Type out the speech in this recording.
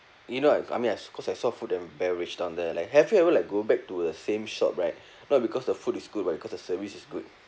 you know I I mean I cause I saw food and beverage down there like have you ever like go back to a same shop right not because the food is good but the service is good